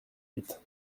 huit